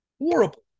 horrible